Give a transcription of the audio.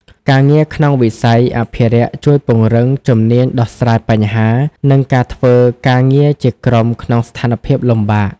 ការងារក្នុងវិស័យអភិរក្សជួយពង្រឹងជំនាញដោះស្រាយបញ្ហា និងការធ្វើការងារជាក្រុមក្នុងស្ថានភាពលំបាក។